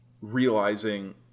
realizing